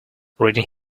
reading